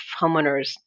homeowners